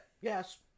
yes